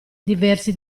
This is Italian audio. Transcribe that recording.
diversi